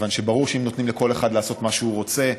כיוון שברור שאם נותנים לכל אחד לעשות מה שהוא רוצה,